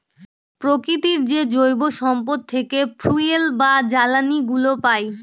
প্রকৃতির যে জৈব সম্পদ থেকে ফুয়েল বা জ্বালানিগুলো পাই